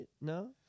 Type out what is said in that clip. No